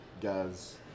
Guys